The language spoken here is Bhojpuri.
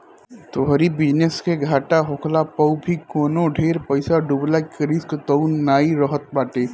तोहरी बिजनेस के घाटा होखला पअ भी कवनो ढेर पईसा डूबला के रिस्क तअ नाइ रहत बाटे